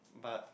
but